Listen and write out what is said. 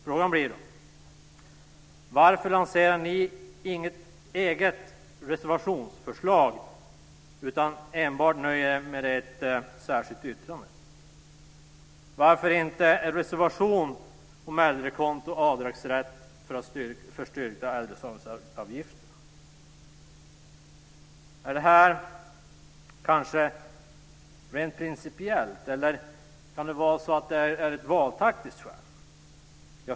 Frågan blir då: Varför lanserar ni inget eget reservationsförslag utan nöjer er enbart med ett särskilt yttrande? Varför inte en reservation om äldrekonto och avdragsrätt för styrkta äldreomsorgsavgifter? Är detta kanske rent principiellt, eller kan det ha valtaktiska skäl?